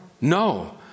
No